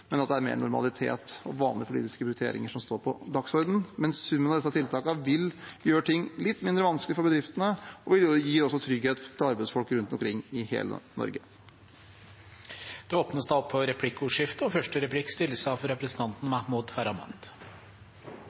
vanlige politiske prioriteringer som står på dagsordenen. Men summen av disse tiltakene vil gjøre ting litt mindre vanskelig for bedriftene og også gi trygghet for arbeidsfolk rundt omkring i hele Norge. Det